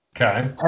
Okay